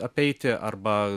apeiti arba